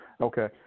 Okay